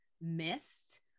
missed